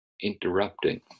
interrupting